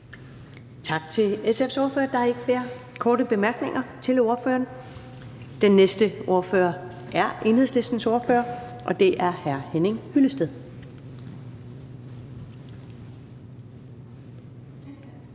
Tak til SF's ordfører. Der er ikke flere korte bemærkninger til ordføreren. Den næste ordfører er Enhedslistens ordfører, og det er hr. Henning Hyllested.